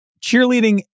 Cheerleading